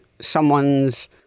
someone's